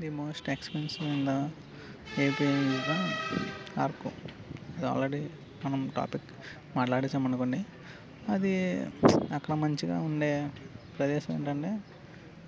the most expensive in the ఏపీగా ఆర్కో అది ఆల్రెడీ మనం టాపిక్ మాట్లాడేసాము అనుకోండి అది అక్కడ మంచిగా ఉండే ప్రదేశం ఏంటంటే